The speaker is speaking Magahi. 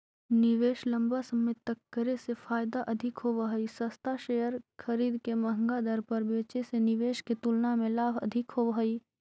निवेश लंबा समय तक करे से फायदा अधिक होव हई, सस्ता शेयर खरीद के महंगा दर पर बेचे से निवेश के तुलना में लाभ अधिक होव हई